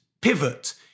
pivot